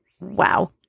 Wow